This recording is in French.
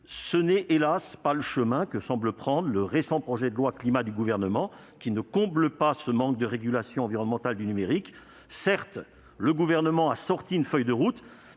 Ce n'est hélas ! pas le chemin que semble prendre le récent projet de loi climat du Gouvernement, qui ne comble pas ce manque de régulation environnementale du numérique. Certes, le Gouvernement a présenté une feuille de route,